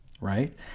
Right